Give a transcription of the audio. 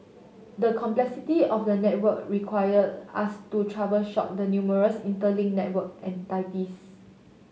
the complexity of the network require us to troubleshoot the numerous interlink network and entities